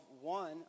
one